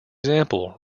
example